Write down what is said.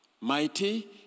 Mighty